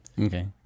Okay